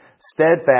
steadfast